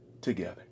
together